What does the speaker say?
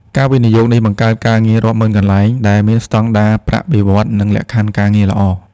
ការវិនិយោគនេះបង្កើតការងាររាប់ម៉ឺនកន្លែង ដែលមានស្ដង់ដារប្រាក់បៀវត្សរ៍ និងលក្ខខណ្ឌការងារល្អ។